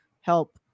Help